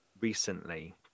recently